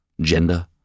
gender